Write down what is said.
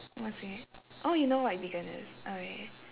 oh you know what a vegan is okay